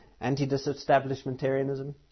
anti-disestablishmentarianism